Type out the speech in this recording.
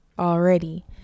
already